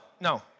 no